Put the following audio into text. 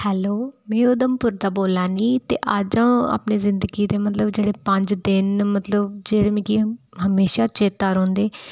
hello में उधमपुर दा बोल्ला नी ते अज्ज आ'ऊं अपनी ज़िन्दगी दे मतलब जेह्ड़े पंज दिन न मतलब जेह्ड़े मिकी हमेशा चेत्ता रौह्न्दे